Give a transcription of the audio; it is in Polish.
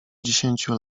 dziesięciu